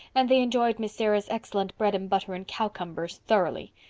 and they enjoyed miss sarah's excellent bread and butter and cowcumbers thoroughly.